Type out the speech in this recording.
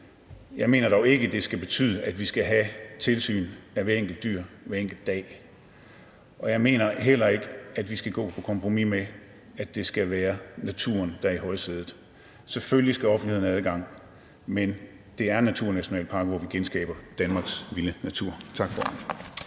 Jeg mener dog ikke, at det skal betyde, at vi skal have tilsyn med hvert enkelt dyr hver enkelt dag, og jeg mener heller ikke, at vi skal gå på kompromis med, at det er naturen, der er i højsædet. Selvfølgelig skal offentligheden have adgang, men det er naturnationalparker, hvor vi genskaber Danmarks vilde natur. Tak, formand.